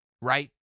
right